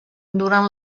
durant